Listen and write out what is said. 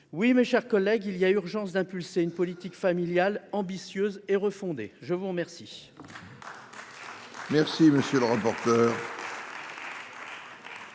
Oui, mes chers collègues, il y a urgence à promouvoir une politique familiale ambitieuse et refondée ! La parole